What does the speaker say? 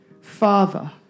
Father